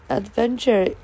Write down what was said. adventure